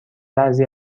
بعضی